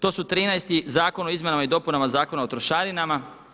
To su 13. zakona o izmjenama i dopunama Zakona o trošarinama.